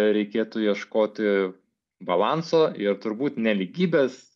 reikėtų ieškoti balanso ir turbūt ne lygybės